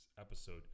episode